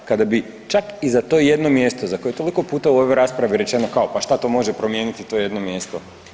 Kada bi čak i za to jedno mjesto za koje je toliko puta u ovoj raspravi rečeno kao pa šta to može promijeniti to jedno mjesto?